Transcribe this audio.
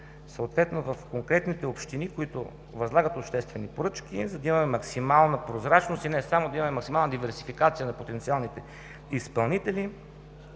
изискване в конкретните общини, които възлагат обществени поръчки, за да има максимална прозрачност и да имаме максимална диверсификация на потенциалните изпълнители,